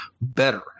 better